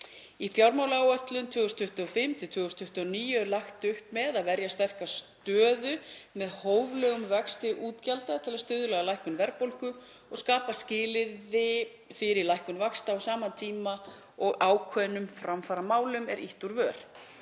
Í fjármálaáætlun 2025–2029 er lagt upp með að verja sterka stöðu með hóflegum vexti útgjalda til að stuðla að lækkun verðbólgu og skapa skilyrði fyrir lækkun vaxta á sama tíma og ákveðnum framfaramálum er ýtt úr vör.